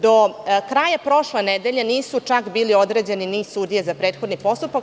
Do kraja prošle nedelje nisu čak bile određene ni sudije za prethodni postupak.